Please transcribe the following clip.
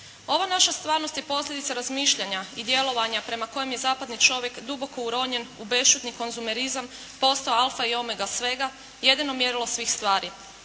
Ova naša stvarnost je posljedica razmišljanja i djelovanja prema kojem je zapadni čovjek duboko uronjen u bešćutni konzumerizam, postao alfa i omega svega, jedino mjerilo svih stvari.